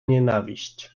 nienawiść